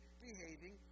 behaving